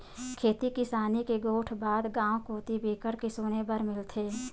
खेती किसानी के गोठ बात गाँव कोती बिकट के सुने बर मिलथे